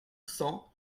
cents